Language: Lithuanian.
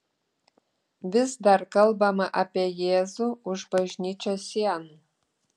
vis dar kalbama apie jėzų už bažnyčios sienų